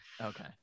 Okay